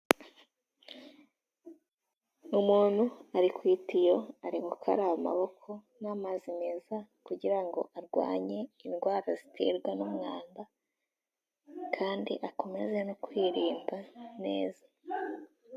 Umuntu ari ku itiyo, ari gukaraba amaboko n'amazi meza kugira ngo arwanye indwara ziterwa n'umwanda, kandi akomeze no kwirinda neza.